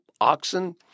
oxen